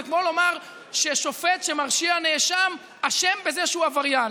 כמו לומר ששופט שמרשיע נאשם אשם בזה שהוא עבריין.